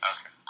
Okay